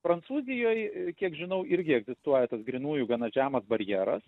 prancūzijoj kiek žinau irgi egzistuoja tas grynųjų gana žemas barjeras